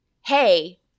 hey